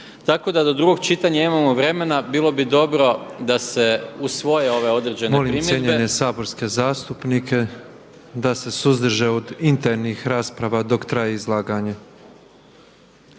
Tako da do drugog čitanja imamo vremena, bilo bi dobro da se usvoje ove određene primjedbe. **Petrov, Božo (MOST)** Molim cijenjene saborske zastupnike da se suzdrže od internih rasprava dok traje izlaganje.